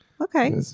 Okay